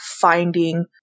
finding